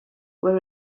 were